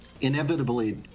inevitably